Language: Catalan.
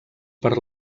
per